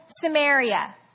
Samaria